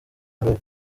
maroc